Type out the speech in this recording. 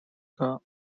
lake